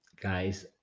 guys